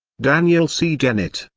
daniel c. dennett,